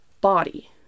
body